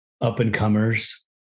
up-and-comers